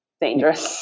dangerous